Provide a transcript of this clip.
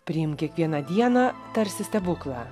priimk kiekvieną dieną tarsi stebuklą